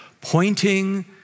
pointing